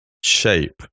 shape